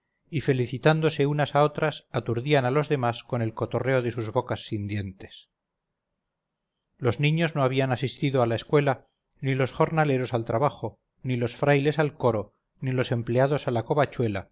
y felicitándose unas a otras aturdían a los demás con el cotorreo de sus bocas sin dientes los niños no habían asistido a la escuela ni los jornaleros al trabajo ni los frailes al coro ni los empleados a la covachuela